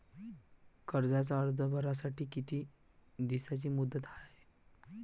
कर्जाचा अर्ज भरासाठी किती दिसाची मुदत हाय?